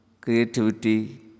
creativity